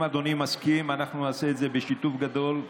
אם אדוני מסכים, אנחנו נעשה את זה בשיתוף גדול.